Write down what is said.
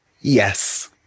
Yes